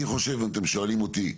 אני חושב, אם אתם שואלים אותי,